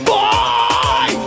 Boy